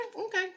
okay